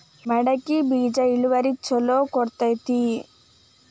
ಮಡಕಿ ಬೇಜ ಇಳುವರಿ ಛಲೋ ಕೊಡ್ತೆತಿ?